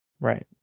Right